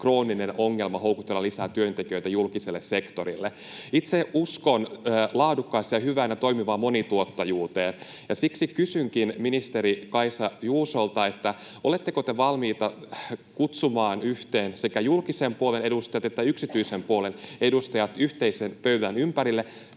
krooninen ongelma houkutella lisää työntekijöitä julkiselle sektorille. Itse uskon laadukkaaseen ja hyvään ja toimivaan monituottajuuteen. Siksi kysynkin ministeri Kaisa Juusolta: oletteko te valmiita kutsumaan yhteen sekä julkisen puolen edustajat että yksityisen puolen edustajat yhteisen pöydän ympärille